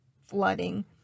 flooding